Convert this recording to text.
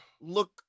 look